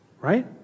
right